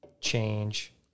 change